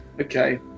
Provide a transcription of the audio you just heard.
Okay